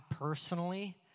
personally